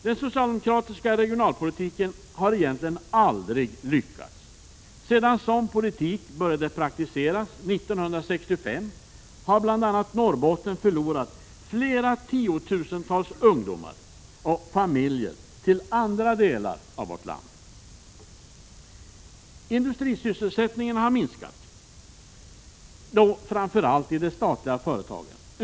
Den socialdemokratiska regionalpolitiken har egentligen aldrig lyckats. Sedan sådan politik började praktiseras 1965 har bl.a. Norrbotten förlorat flera tiotusentals ungdomar och familjer till andra delar av vårt land. Industrisysselsättningen har minskat, framför allt i de statliga företagen.